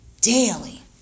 daily